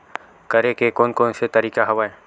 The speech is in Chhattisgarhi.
करे के कोन कोन से तरीका हवय?